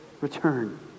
return